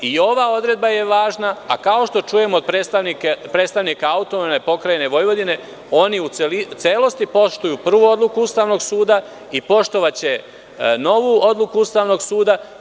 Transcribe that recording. Ova odredba je važna, a kao što čujemo od predstavnika AP Vojvodine, oni u celosti poštuju prvu odluku Ustavnog suda i poštovaće novu odluku Ustavnog suda.